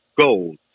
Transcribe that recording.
gold